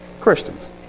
Christians